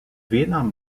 vietnam